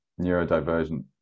neurodivergent